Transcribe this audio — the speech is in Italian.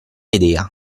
idea